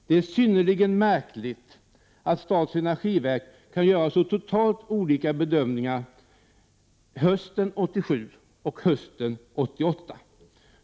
Det är synnerligen märkligt att statens energiverk kan göra så totalt olika bedömningar hösten 1987 och hösten 1988.